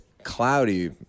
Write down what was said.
Cloudy